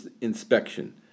inspection